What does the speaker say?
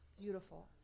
beautiful